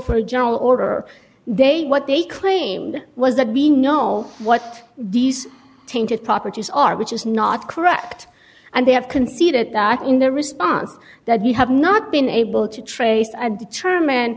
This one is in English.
for a general order they what they claimed was that we know what these tainted properties are which is not correct and they have conceded that in their response that we have not been able to trace and determine